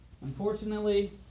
Unfortunately